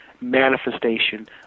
manifestation